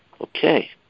Okay